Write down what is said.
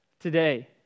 Today